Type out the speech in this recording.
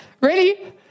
ready